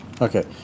okay